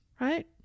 right